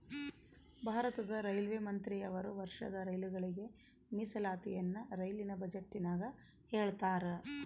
ಭಾರತದ ರೈಲ್ವೆ ಮಂತ್ರಿಯವರು ವರ್ಷದ ರೈಲುಗಳಿಗೆ ಮೀಸಲಾತಿಯನ್ನ ರೈಲಿನ ಬಜೆಟಿನಗ ಹೇಳ್ತಾರಾ